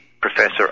Professor